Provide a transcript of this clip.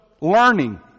learning